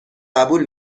قبول